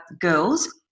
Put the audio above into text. girls